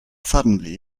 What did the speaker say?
suddenly